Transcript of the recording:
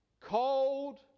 cold